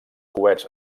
coets